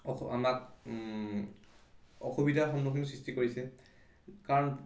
অস আমাক অসুবিধাৰ সন্মুখীন সৃষ্টি কৰিছে কাৰণ